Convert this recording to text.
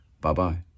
Bye-bye